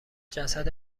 جسد